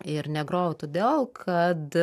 ir negrojau todėl kad